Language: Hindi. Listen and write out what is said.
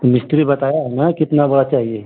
मिस्त्री बताया होगा ना कितना बोरा चाहिए